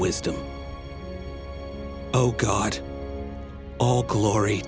wisdom oh god all glory